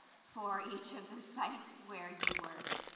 for each of the sites where you work.